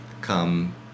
come